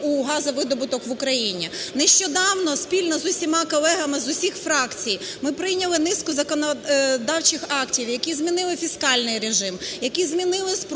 у газовидобуток в Україні. Нещодавно спільно з усіма колегами з усіх фракцій ми прийняли низку законодавчих актів, які змінили фіскальний режим, які змінили спрощення